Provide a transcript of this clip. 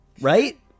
Right